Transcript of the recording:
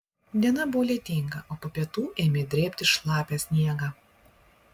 diena buvo lietinga o po pietų ėmė drėbti šlapią sniegą